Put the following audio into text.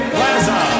Plaza